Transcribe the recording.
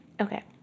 Okay